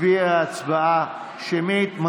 נצביע הצבעה שמית על כל אחת משלוש ההצבעות.